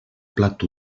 plat